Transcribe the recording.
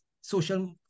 social